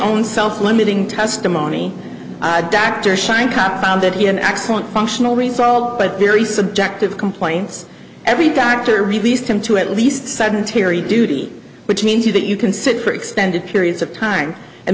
own self limiting testimony dr shank compound that he an excellent functional result but very subjective complaints every doctor released him to at least sedentary duty which means that you can sit for extended periods of time and